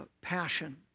passion